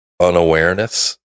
unawareness